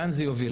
לאן זה יוביל.